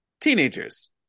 teenagers